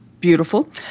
beautiful